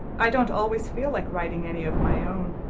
i don't always feel like writing any of my own.